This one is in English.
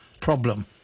problem